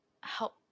help